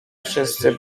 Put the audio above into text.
wszyscy